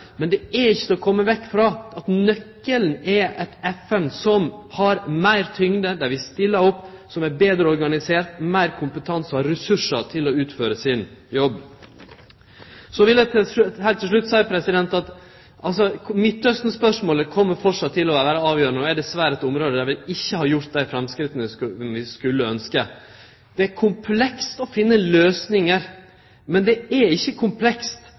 men det er ikkje til å kome vekk frå at nøkkelen er eit FN som har meir tyngd, dei vil stille opp, dei er betre organiserte og har meir kompetanse og ressursar til å utføre sin jobb. Så vil eg heilt til slutt seie at Midtausten-spørsmålet kjem framleis til å vere avgjerande, og det er dessverre eit område der vi ikkje har gjort dei framskritta som vi skulle ha ønskt. Det er komplekst å finne løysingar, men det er ikkje komplekst